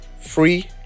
free